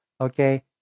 Okay